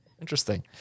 interesting